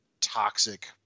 toxic